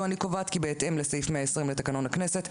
אני קובעת כי בהתאם לסעיף 120 לתקנון הכנסת,